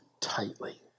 tightly